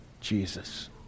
Jesus